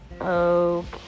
Okay